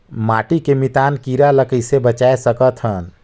माटी के मितान कीरा ल कइसे बचाय सकत हन?